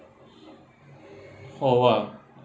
oh !wah!